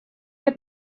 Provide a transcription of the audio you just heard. had